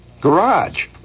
Garage